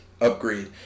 upgrade